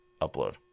Upload